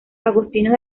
agustinos